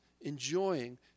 enjoying